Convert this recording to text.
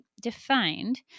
defined